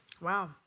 Wow